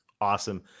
Awesome